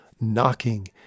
knocking